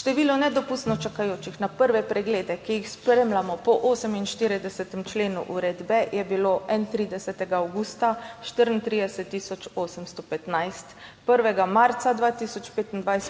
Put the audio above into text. Število nedopustno čakajočih na prve preglede, ki jih spremljamo po 48. členu uredbe, je bilo 31. avgusta 34 tisoč 815, 1. marca 2025 pa